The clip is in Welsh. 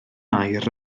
aur